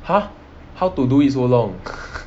!huh! how to do it so long